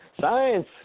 Science